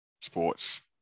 Sports